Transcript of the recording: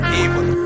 evil